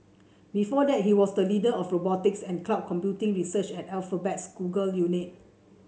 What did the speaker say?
before that he was the leader of robotics and cloud computing research at Alphabet's Google unit